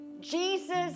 Jesus